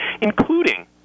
including